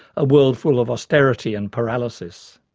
a world full of austerity and paralysis.